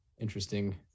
interesting